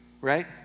right